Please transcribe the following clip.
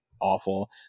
awful